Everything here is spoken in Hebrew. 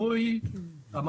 היי-טק.